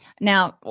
Now